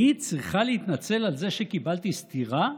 אני צריכה להתנצל על זה שקיבלתי סטירה?